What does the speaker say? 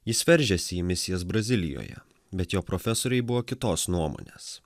jis veržiasi į misijas brazilijoje bet jo profesoriai buvo kitos nuomonės